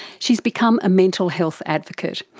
she's become a mental health advocate,